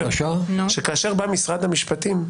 כאשר בא משרד המשפטים,